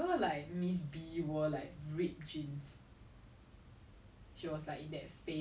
I don't know lor ya I mean his assets ah but he's a very like how do I say that guy is very kiam siap